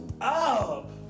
up